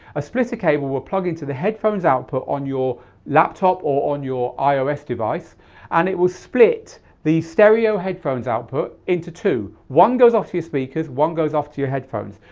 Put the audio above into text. a splitter cable will plug into the headphones output on your laptop or on your ios device and it will split the stereo headphones output output into two. one goes off your speakers, one goes off to your headphones.